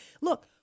Look